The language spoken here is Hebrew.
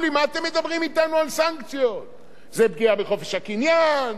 זה פגיעה בחופש הקניין וזה בניגוד לחוק כזה ולחוק כזה.